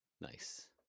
Nice